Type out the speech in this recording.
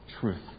truth